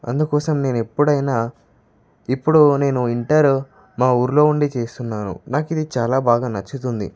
అందుకోసం నేను ఎప్పుడైనా ఇప్పుడు నేను ఇంటర్ మాఊరిలో ఉండి చేస్తున్నాను నాకు ఇది చాలా బాగా నచ్చుతుంది